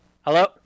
Hello